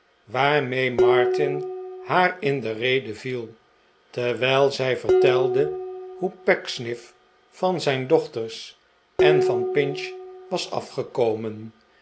waarmee martin haar in de rede vfel terwijl zij vertelde hoe pecksniff van zijn dochters en van pinch was afgekomen